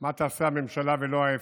מה תעשה הממשלה ולא ההפך,